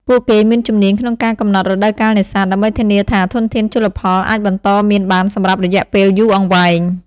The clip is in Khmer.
ពួកគេមានជំនាញក្នុងការកំណត់រដូវកាលនេសាទ ដើម្បីធានាថាធនធានជលផលអាចបន្តមានបានសម្រាប់រយៈពេលយូរអង្វែង។